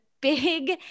big